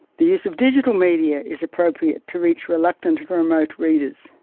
the use of digital media is appropriate to reach reluctant and remote readers.